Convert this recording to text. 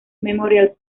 memorial